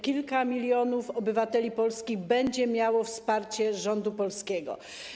Kilka milionów obywateli Polski będzie miało wsparcie rządu polskiego.